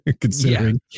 considering